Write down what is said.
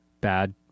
bad